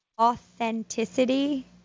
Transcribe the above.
authenticity